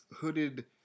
hooded